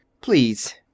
please